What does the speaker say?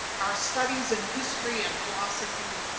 our studies in history and philosophy,